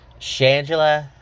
Shangela